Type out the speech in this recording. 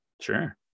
Sure